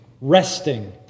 resting